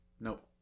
Nope